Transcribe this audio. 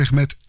met